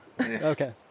Okay